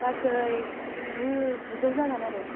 गासै गु गुजौ जागोन आरो